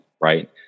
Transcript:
right